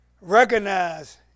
recognize